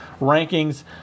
Rankings